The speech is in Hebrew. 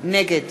נגד